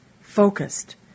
focused